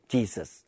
Jesus